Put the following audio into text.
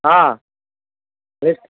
ହଁ ନିଶ୍ଚ